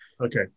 Okay